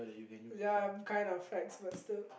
ya I'm of facts but still